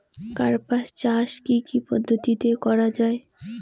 কার্পাস চাষ কী কী পদ্ধতিতে করা য়ায়?